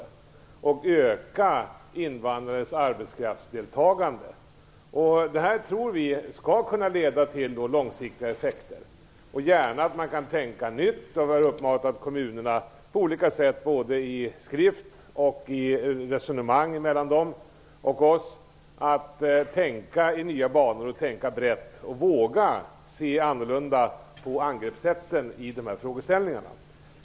Man skall därigenom kunna öka invandrares arbetskraftsdeltagande. Vi tror att detta skall kunna leda till långsiktiga effekter. Vi vill gärna att man tänker i nya banor. Vi har uppmanat kommunerna på olika sätt, både skriftligen och i resonemang med dem, att tänka i nya banor, tänka brett och våga se annorlunda på angreppssätten i dessa frågeställningar.